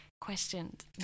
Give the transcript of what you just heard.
questioned